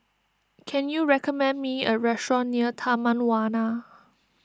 can you recommend me a restaurant near Taman Warna